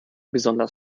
besonders